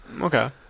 Okay